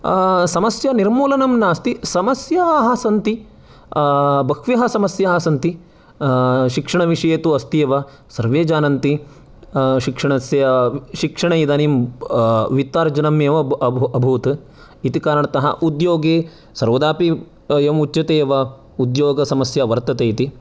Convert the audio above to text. समस्या निर्मूलनं नास्ति समस्याः सन्ति बह्व्यः समस्याः सन्ति शिक्षणविषये तु अस्त्येव सर्वे जानन्ति शिक्षणस्य शिक्षणे इदानीं वित्तार्जनम् एव अभूत् इति कारणतः उद्योगे सर्वदापि अयम् उच्यते एव उद्योग समस्या वर्तते इति